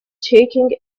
taking